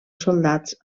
soldats